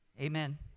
Amen